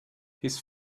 his